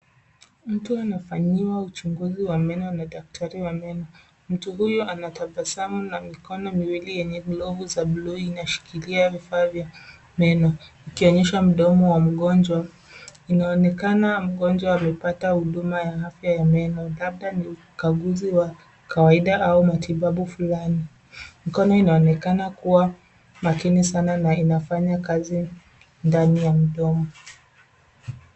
Mtu anafanyiwa uchunguzi wa meno na daktari wa meno. Mtu huyu anatabasamu na mikono miwili yenye glovu za buluu inashikilia vifaa vya meno ikionyesha mdomo wa mgonjwa. Inaonekana mgonjwa amepata huduma ya afya ya meno labda ni ukaguzi wa kawaida au matibabu fulani. Mikono inaonekana kuwa makini sana na inafanya kazi ndani ya mdomo.